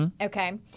Okay